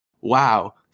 wow